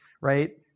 right